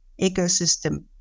ecosystem